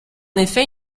effet